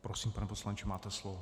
Prosím, pane poslanče, máte slovo.